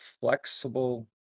flexible